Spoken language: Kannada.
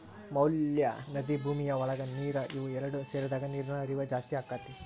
ಮ್ಯಾಲ ನದಿ ಭೂಮಿಯ ಒಳಗ ನೇರ ಇವ ಎರಡು ಸೇರಿದಾಗ ನೇರಿನ ಹರಿವ ಜಾಸ್ತಿ ಅಕ್ಕತಿ